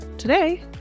Today